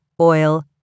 oil